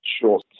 Sure